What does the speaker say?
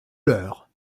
leur